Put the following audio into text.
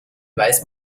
weiß